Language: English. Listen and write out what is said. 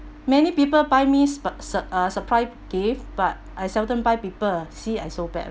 many people buy me sp~ sur~ uh surprise gift but I seldom buy people see I so bad ri~